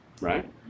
Right